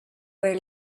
were